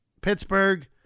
Pittsburgh